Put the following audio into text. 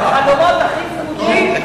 בחלומות הכי ורודים אתה לא יכול לחלום איזה, טוב.